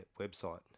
website